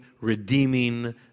redeeming